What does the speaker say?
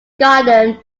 garden